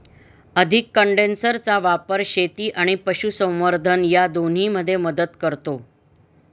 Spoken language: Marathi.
अधिक कंडेन्सरचा वापर शेती आणि पशुसंवर्धन या दोन्हींमध्ये मदत करतो